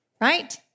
right